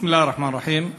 בסם אללה א-רחמאן א-רחים.